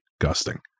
gusting